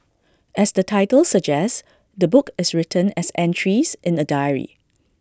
as the title suggests the book is written as entries in A diary